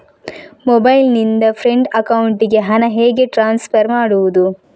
Mobile ನಿಂದ friend ಅಕೌಂಟಿಗೆ ಹಣ ಹೇಗೆ ಟ್ರಾನ್ಸ್ಫರ್ ಮಾಡುವುದು?